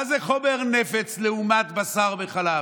מה זה חומר נפץ לעומת בשר וחלב?